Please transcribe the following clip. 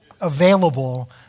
available